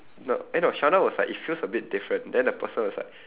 not eh no sheldon was like it feels a bit different then the person was like